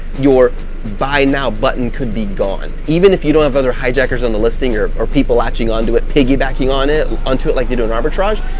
your buy now button could be gone even if you don't have other hijackers on the listing, or or people latching onto it piggybacking on it. onto it like they do an arbitrage.